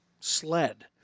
sled